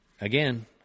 Again